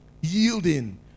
Yielding